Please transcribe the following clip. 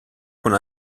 con